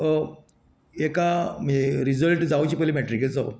एका रिजल्ट जावचें पयली मेट्रिकेचो